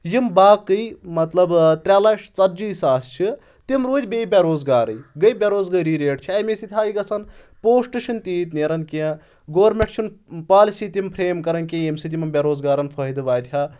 یِم باقٕے مطلب ترٛےٚ لچھ ژتجی ساس چھِ تِم روٗدۍ بیٚیہِ بے روزگارٕے گٔے بے روزگٲری ریٹ چھِ امے سۭتۍ ہاے گژھن پوسٹ چھِنہٕ تیٖتۍ نیرَان کینٛہہ گورمینٹ چھُنہٕ پالسی تِم فریم کَرَان کینٛہہ ییٚمہِ سۭتۍ یِمن بےٚ روزگارَن فٲیدٕ واتہِ ہا